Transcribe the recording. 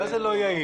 מה זה "לא יעיל"?